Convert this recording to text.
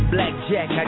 Blackjack